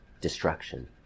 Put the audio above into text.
Destruction